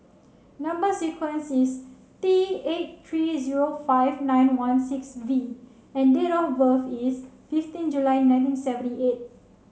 number sequence is T eight three zero five nine one six V and date of birth is fifteen July nineteen seventy eight